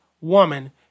woman